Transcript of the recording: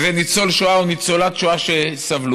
שזה ניצול שואה או ניצולת שואה שסבלו,